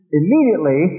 immediately